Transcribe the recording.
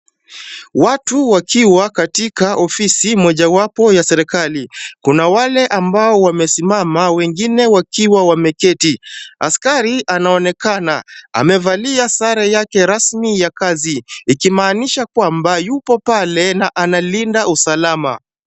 Watu wakiwa katika ofisi mojawapo ya serikali. Kuna wale ambao wamesimama wengine wakiwa wameketi. Askari anaonekana, amevalia sare yake rasmi ya kazi, ikimaanisha kwamba yupo pale na analinda usalama.